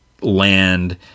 land